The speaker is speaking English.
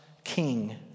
King